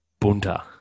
bunter